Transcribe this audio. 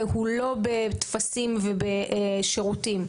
והוא לא בטפסים ובשירותים,